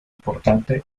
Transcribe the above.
importante